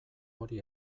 hori